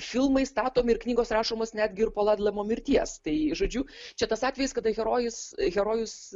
filmai statomi ir knygos rašomos netgi ir po ladlamo mirties tai žodžiu čia tas atvejis kada herojus herojus